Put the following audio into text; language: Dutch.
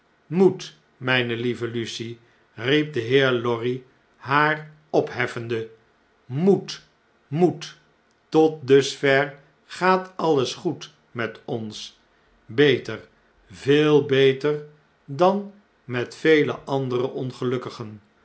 mijne lieve lucie riep de heer lorry haar opheffende moed moed totdusver gaat alles goed met ons beter veel beter dan met vele andere ongelukkigen